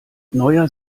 neuer